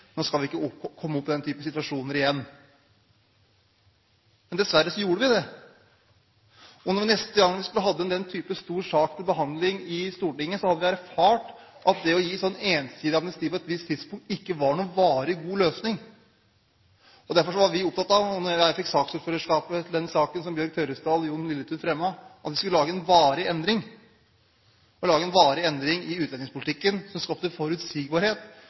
nå skal vi rydde opp, nå skal vi få fortgang i saksbehandlingen, nå skal vi ikke komme opp i denne type situasjoner igjen. Men dessverre gjorde vi det. Neste gang vi hadde denne type stor sak til behandling i Stortinget, hadde vi erfart at det å gi ensidig amnesti på et visst tidspunkt ikke var noen varig, god løsning. Derfor var vi opptatt av – da jeg fikk saksordførerskapet til denne saken som Bjørg Tørresdal og Jon Lilletun fremmet – å lage en varig endring i utlendingspolitikken som skulle skape forutsigbarhet